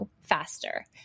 faster